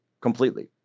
completely